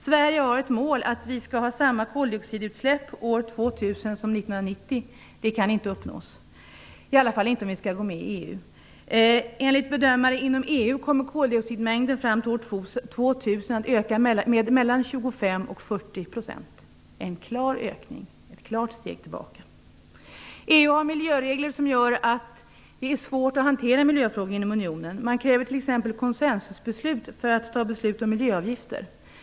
Sverige har uttalat målet att koldioxidutsläppen skall ha samma omfattning år 2000 som 1990. Det målet kan inte uppnås, i alla fall inte om Sverige går med i EU. Enligt bedömare inom EU kommer koldioxidmängden fram till år 2000 att öka med 25 40 %. Det är en klar ökning och ett klart steg tillbaka. EU tillämpar miljöregler som gör att det är svårt att hantera miljöfrågor inom unionen. Det krävs t.ex. konsensusbeslut för att fatta beslut om miljöavgifter.